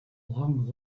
long